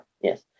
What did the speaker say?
yes